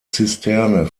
zisterne